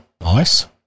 nice